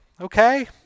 Okay